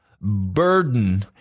burden